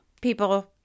people